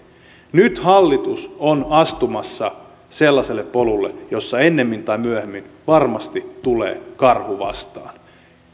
nyt hallitus on astumassa sellaiselle polulle jolla ennemmin tai myöhemmin varmasti tulee karhu vastaan